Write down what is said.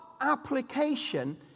application